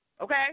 okay